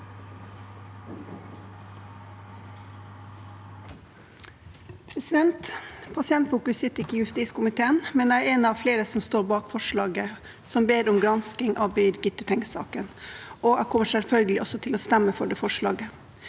Pasientfokus sitter ikke i justiskomiteen, men jeg er en av flere som står bak forslaget som ber om gransking av Birgitte Tengs-saken, og jeg kommer selvfølgelig også til å stemme for det forslaget.